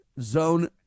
zone